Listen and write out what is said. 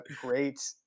great